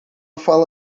fala